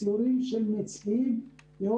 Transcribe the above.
בפעם הראשונה נודע